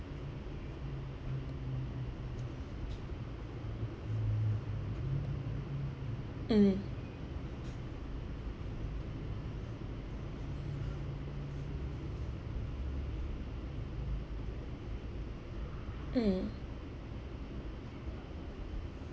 mm mm